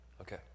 Okay